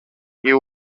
you